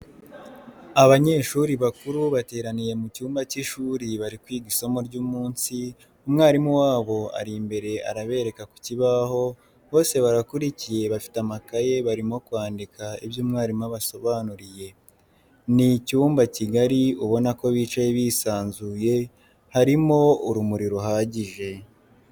Abanyeshuri bakuru bateraniye mu cyumba cy'ishuri bari kwiga isomo ry'umunsi, umwalimu wabo ari imbere arabereka ku kibaho, bose barakurikiye bafite amakaye barimo kwandika ibyo umwalimu abasobanuriye. ni icyumba kigari ubona ko bicaye bisanzuye , harimo urumuri ruhagije.